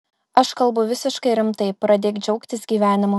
aš kalbu visiškai rimtai pradėk džiaugtis gyvenimu